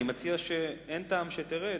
אין טעם שתרד,